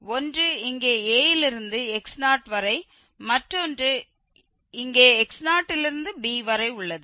ஒன்று இங்கே a லிருந்து x0 வரை மற்ற ஒன்று இங்கே x0 லிருந்து b வரை உள்ளது